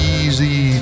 easy